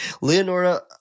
Leonora